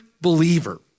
believer